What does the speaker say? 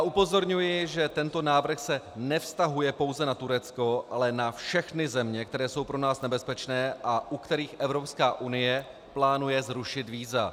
Upozorňuji, že tento návrh se nevztahuje pouze na Turecko, ale na všechny země, které jsou pro nás nebezpečné a u kterých Evropská unie plánuje zrušit víza.